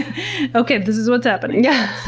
okay, this is what's happening. yeah